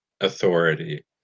authority